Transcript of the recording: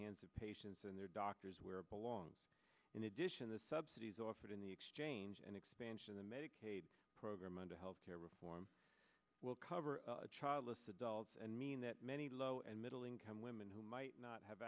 hands of patients and their doctors where it belongs in addition the subsidies offered in the exchange and expansion the medicaid program under health care reform will cover childless adults and mean that many low and middle income women who might not have